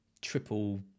triple